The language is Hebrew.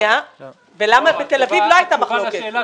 ולמה בתל אביב לא הייתה מחלוקת?